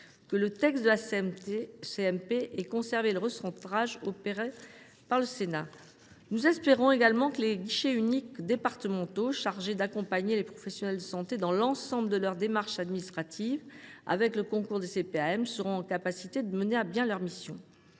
que le texte de la CMP ait conservé le recentrage opéré par le Sénat. Nous espérons également que les guichets uniques départementaux, chargés d’accompagner les professionnels de santé dans l’ensemble de leurs démarches administratives avec le concours des collectivités et des caisses